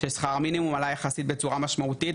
ששכר המינימום עלה בצורה יחסית משמעותית,